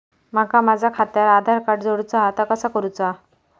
माका माझा खात्याक आधार कार्ड जोडूचा हा ता कसा करुचा हा?